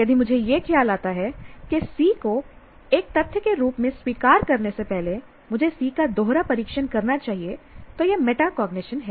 यदि मुझे यह ख्याल आता है कि C को एक तथ्य के रूप में स्वीकार करने से पहले मुझे C का दोहरा परीक्षण करना चाहिए तो यह मेटाकॉग्निशन है